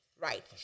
Right